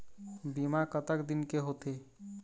बीमा कतक दिन के होते?